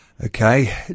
Okay